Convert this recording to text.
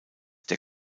der